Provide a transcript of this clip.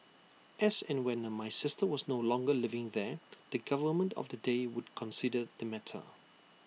as and when no my sister was no longer living there the government of the day would consider the matter